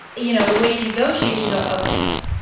you know the way you negotiate is you go, okay,